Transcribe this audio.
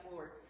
Lord